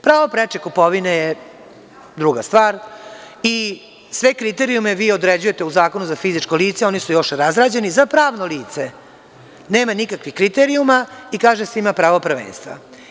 Pravo preče kupovine je druga stvar i sve kriterijume vi određujete u Zakonu za fizičko lice, oni su još razrađeni, za pravno lice nema nikakvih kriterijuma i kaže se da ima pravo prvenstva.